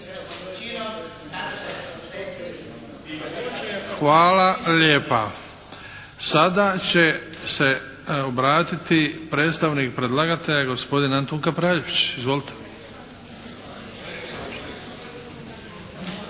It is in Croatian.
Hvala lijepa. Sada će se obratiti predstavnik predlagatelja gospodin Antun Kapraljević. Izvolite!